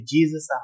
Jesus